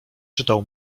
czytał